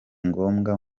ngombwa